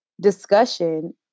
discussion